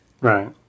Right